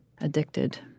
addicted